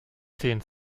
zehn